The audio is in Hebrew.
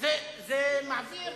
זה מקומם.